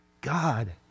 God